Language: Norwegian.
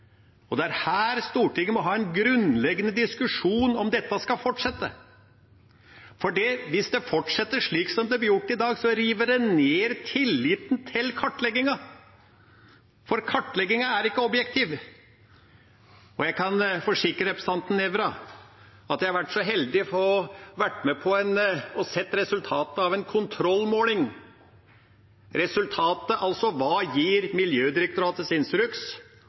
Det er her Stortinget må ha en grunnleggende diskusjon om dette skal fortsette. Hvis det fortsetter slik det blir gjort i dag, river det ned tilliten til kartleggingen, for kartleggingen er ikke objektiv. Jeg kan forsikre representanten Nævra om at jeg har vært så heldig å få være med på å se resultatet av en kontrollmåling. Resultatet, altså hva Miljødirektoratets instruks gir,